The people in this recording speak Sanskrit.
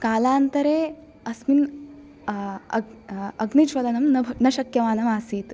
कालान्तरे अस्मिन् अग्निज्वलनं न शक्यमानमासीत्